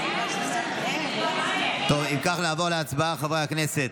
אם כך, חברי הכנסת,